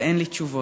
ואין לי תשובות.